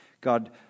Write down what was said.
God